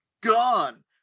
Gone